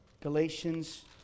Galatians